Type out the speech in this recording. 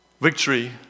victory